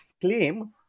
claim